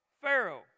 Pharaoh